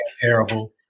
terrible